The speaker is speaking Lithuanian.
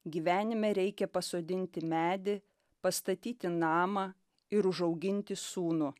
gyvenime reikia pasodinti medį pastatyti namą ir užauginti sūnų